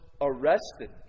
arrested